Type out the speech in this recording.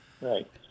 Right